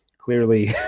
clearly